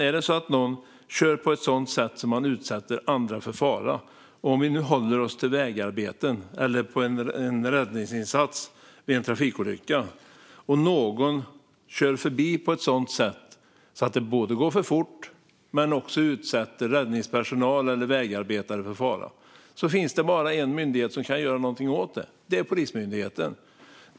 Om någon kör på ett sätt som gör att man utsätter andra för fara - om vi nu håller oss till vägarbeten eller en räddningsinsats vid en trafikolycka - genom att det både går för fort och att man kör så att man på annat sätt utsätter räddningspersonal eller vägarbetare för fara finns det bara en myndighet som kan göra någonting åt det, och det är Polismyndigheten.